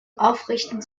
aufrichten